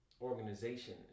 organization